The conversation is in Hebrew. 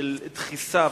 של דחיסה,